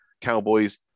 Cowboys